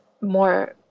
more